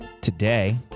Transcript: Today